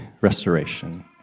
restoration